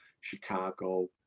Chicago